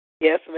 Yes